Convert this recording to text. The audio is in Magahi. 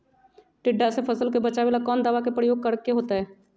टिड्डा से फसल के बचावेला कौन दावा के प्रयोग करके होतै?